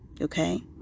Okay